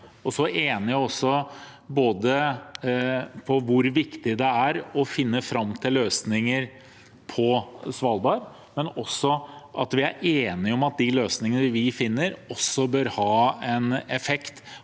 ikke bare om hvor viktig det er å finne fram til løsninger på Svalbard, men også om at de løsningene vi finner, bør ha en effekt